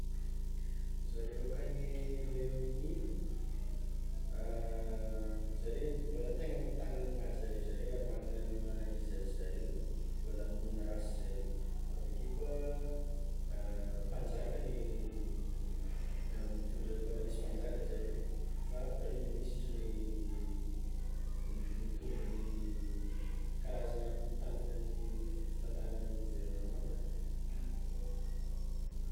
Zareo akagny Royaume Uni, zareo mbola tegna mitagna ny maha zareo zareo ary magnana ny maha izy azy zareo ary mbola ambony race zareo, aveke koa mpanjaka ny ah ny mpitondra, mbola misy mpanjaka zareo fa mpiraiministra ny ny mitondra ny karazagna mitantagna ny fitantagnana ny governemanta.